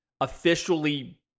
officially